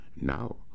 Now